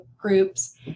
groups